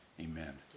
Amen